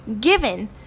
given